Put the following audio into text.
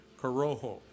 Corojo